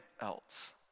else